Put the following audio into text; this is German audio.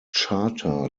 charta